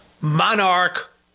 monarch